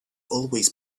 always